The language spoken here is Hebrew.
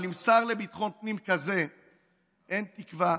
אבל עם שר לביטחון הפנים כזה אין תקווה,